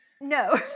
no